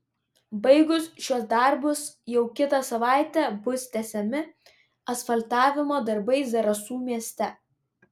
baigus šiuos darbus jau kitą savaitę bus tęsiami asfaltavimo darbai zarasų mieste